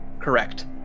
Correct